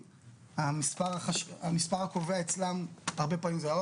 המספר הקובע אצלם הרבה פעמים זה או